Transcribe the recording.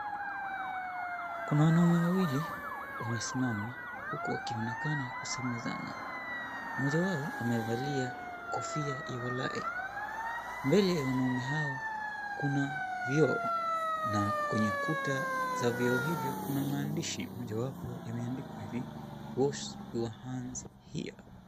Kuna wanaume wawili wamesimama huku wakionekana kusemezana. Mmoja wao amevalia kofia ilovae mbele ya wanaume hao, kuna vyoo na kwenye kuta za vyoo hivyo kuna maandishi mojawapo yameandikwa hivi, Wash your Hands Here.